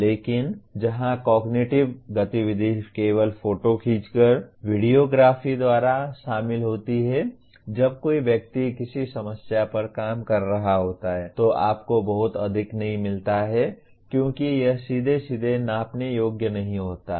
लेकिन जहां कॉगनिटिव गतिविधि केवल फोटो खींचकर वीडियो ग्राफी द्वारा शामिल होती है जब कोई व्यक्ति किसी समस्या पर काम कर रहा होता है तो आपको बहुत अधिक नहीं मिलता है क्योंकि यह सीधे सीधे नापने योग्य नहीं होता है